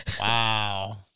Wow